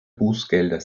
bußgelder